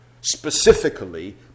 specifically